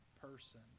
person